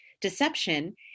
deception